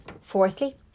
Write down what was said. Fourthly